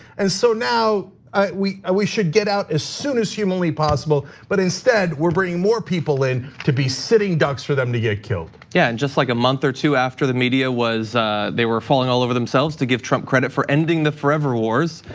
and so now we we should get out as soon as humanly possible, but instead we're bringing more people in to be sitting ducks for them to get killed. yeah, and just like a month or two after the media was they were falling all over themselves to give trump credit for ending the forever wars.